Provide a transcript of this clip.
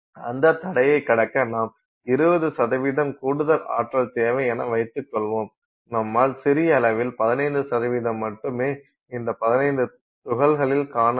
அந்த தடையை கடக்க நாம் 20 கூடுதல் ஆற்றல் தேவை என வைத்துக் கொள்வோம் நம்மால் சிறிய அளவில் 15 மட்டுமே இந்த 15 துகள்களில் காண முடியும்